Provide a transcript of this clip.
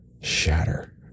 shatter